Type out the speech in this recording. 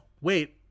Wait